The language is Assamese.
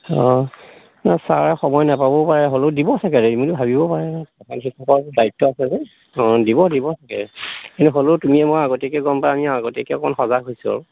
অঁ ন ছাৰে সময় নাপাবও পাৰে হ'লেও দিব চাগ দিম বুলি ভাবিব পাৰে প্ৰধান শিক্ষকৰ দায়িত্ব আছে যে অঁ দিব দিব চাগে কিন্তু হ'লেও তুমি মই আগতীয়াকৈ গম পাওঁ আমি আগতীয়াকৈ অকণ সজাগ হৈছোঁ আৰু